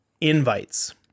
invites